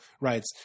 writes